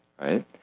right